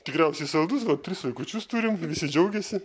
tikriausiai saldus vat tris vaikučius turim visi džiaugiasi